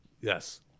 Yes